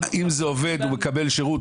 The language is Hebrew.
אם זה עובד הוא מקבל שירות,